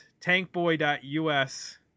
tankboy.us